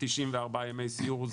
94 ימי סיור,